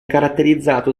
caratterizzato